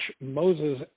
Moses